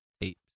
eight